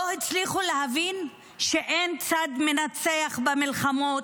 לא הצליחו להבין שאין צד מנצח במלחמות,